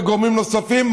וגורמים נוספים,